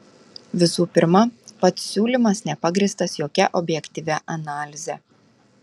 visų pirma pats siūlymas nepagrįstas jokia objektyvia analize